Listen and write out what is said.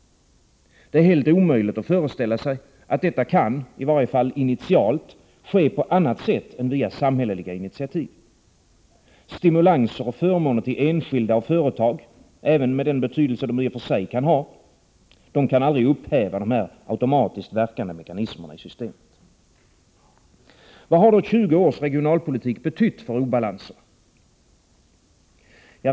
Det är helt omöjligt att föreställa sig att detta kan, i varje fall initialt, ske på annat sätt än via samhälleliga initiativ. Stimulanser och förmåner till enskilda och företag, även med den betydelse de i och för sig kan ha, kan aldrig upphäva de automatiskt verkande mekanismerna i systemet. Vad har då 20 års regionalpolitik betytt för obalansen?